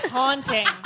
haunting